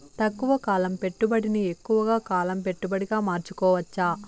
తక్కువ కాలం పెట్టుబడిని ఎక్కువగా కాలం పెట్టుబడిగా మార్చుకోవచ్చా?